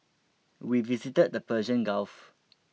we visited the Persian Gulf